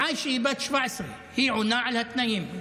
עאישה היא בת 17. היא עונה על התנאים,